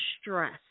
stress